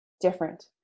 different